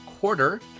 quarter